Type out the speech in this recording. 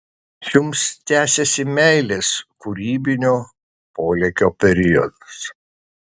jums tęsiasi meilės kūrybinio polėkio periodas